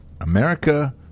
America